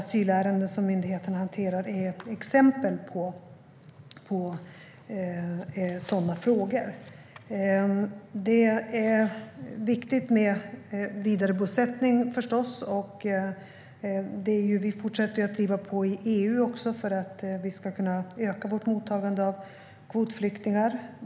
Asylärenden som myndigheterna hanterar är exempel på sådana frågor. Det är förstås viktigt med vidarebosättning. Vi fortsätter att driva på i EU för att vi ska kunna öka vårt mottagande av kvotflyktingar.